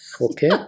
Okay